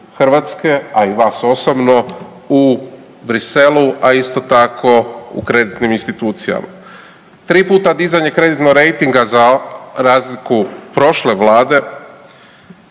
Hrvatske, a i vas osobno u Bruxellesu, a isto tako u kreditnim institucijama. 3 puta dizanje kreditnog rejtinga za razliku prošle vlade,